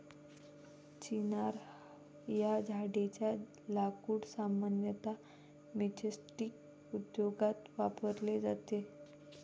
चिनार या झाडेच्या लाकूड सामान्यतः मैचस्टीक उद्योगात वापरले जाते